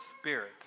spirit